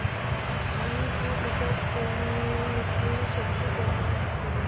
धान की उपज कवने मिट्टी में सबसे बढ़ियां होखेला?